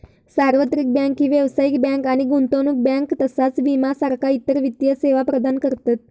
सार्वत्रिक बँक ही व्यावसायिक बँक आणि गुंतवणूक बँक तसाच विमा सारखा इतर वित्तीय सेवा प्रदान करतत